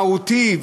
כבודה המהותי,